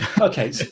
okay